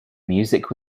music